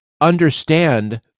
understand